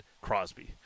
Crosby